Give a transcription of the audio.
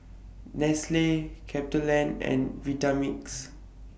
Nestle CapitaLand and Vitamix